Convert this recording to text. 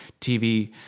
TV